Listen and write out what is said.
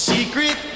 Secret